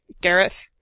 Gareth